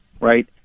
right